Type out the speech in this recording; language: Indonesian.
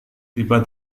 tiba